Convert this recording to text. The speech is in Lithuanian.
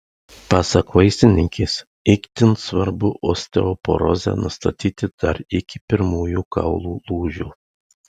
pasak vaistininkės itin svarbu osteoporozę nustatyti dar iki pirmųjų kaulų lūžių